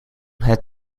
had